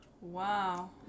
wow